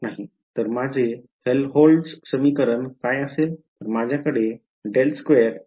तर माझे हेल्होल्ट्ज समीकरण काय असेल